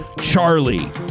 Charlie